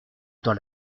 dans